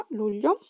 luglio